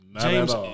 James